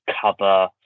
cover